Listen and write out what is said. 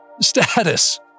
Status